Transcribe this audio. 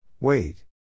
Wait